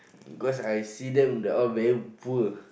cause I see them they all very poor